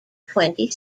twenty